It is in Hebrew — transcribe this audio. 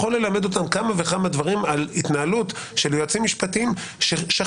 שיכול ללמד אותנו כמה וכמה דברים על התנהלות של יועצים משפטיים ששכחו